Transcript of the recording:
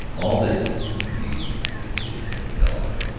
all this when he should get jim galloway.